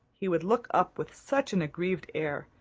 he would look up with such an aggrieved air,